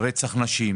רצח נשים